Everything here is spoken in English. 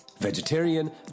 Vegetarian